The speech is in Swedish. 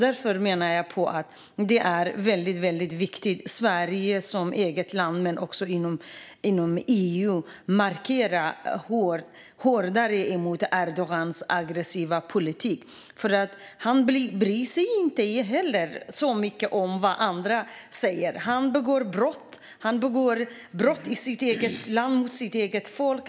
Därför menar jag att det är väldigt viktigt att Sverige som land men också inom EU markerar hårdare mot Erdogans aggressiva politik. Han bryr sig inte så mycket om vad andra säger. Han begår brott i sitt eget land och mot sitt eget folk.